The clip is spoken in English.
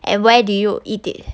and where do you eat it